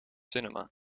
cinema